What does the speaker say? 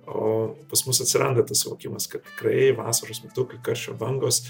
o pas mus atsiranda tas suvokimas kad tikrai vasaros metu kai karščio bangos